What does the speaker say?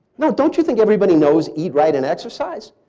now don't you think everybody knows eat right and exercise?